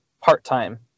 part-time